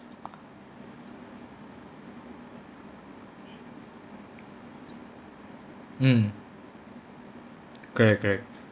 mmhmm correct correct